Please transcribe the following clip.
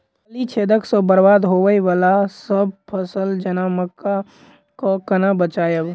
फली छेदक सँ बरबाद होबय वलासभ फसल जेना मक्का कऽ केना बचयब?